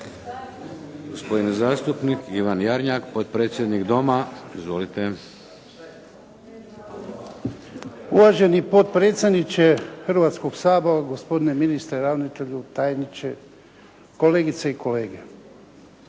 Gospodin zastupnik Ivan Jarnjak, potpredsjednik Doma. Izvolite. **Jarnjak, Ivan (HDZ)** Uvaženi potpredsjedniče Hrvatskog sabora, gospodine ministre, ravnatelju, tajniče, kolegice i kolege.